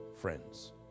friends